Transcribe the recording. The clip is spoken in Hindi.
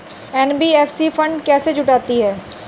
एन.बी.एफ.सी फंड कैसे जुटाती है?